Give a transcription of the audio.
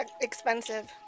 Expensive